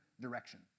direction